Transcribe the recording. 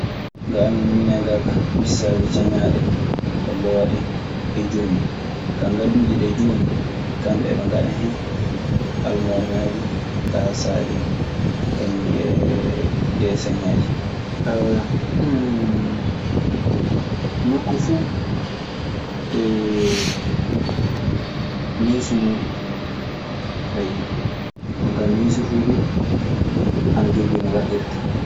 Ga amen minen gaa kaa: disaaji cañaaɗe e looɗe e jonngi. Kaa ngalluuje ɗee jooni, kamɓe eɓe ngaɗa hen almoorŋaaji, taasaaji kañun e deesenŋaaji. Nokku fu eee neesi muuɗun, ayyo. Jonkaa neesi fuu du ana jogii no waɗirta.